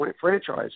franchise